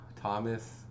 Thomas